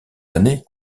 années